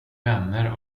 vänner